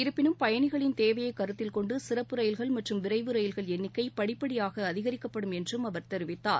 இருப்பினும் பயணிகளின் தேவையை கருத்தில் கொண்டு சிறப்பு ரயில்கள் மற்றும் விரைவு ரயில்கள் எண்ணிக்கை படிப்படியாக அதிகரிக்கப்படும் என்றும் அவர் தெரிவித்தார்